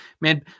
Man